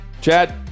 Chad